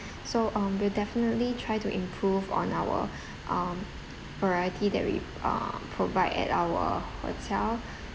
so um we'll definitely try to improve on our um variety that we uh provide at our hotel